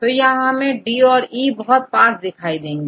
तो यहां हमें D और E बहुत पास दिखाई दे रहे हैं